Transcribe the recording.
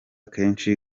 kenshi